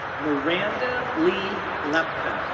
miranda leigh lepka,